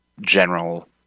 general